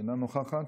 אינה נוכחת,